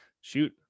Shoot